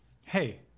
Hey